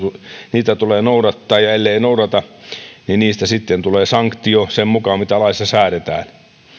niitä tulee noudattaa ja ellei noudata niin niistä sitten tulee sanktio sen mukaan mitä laissa säädetään